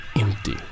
empty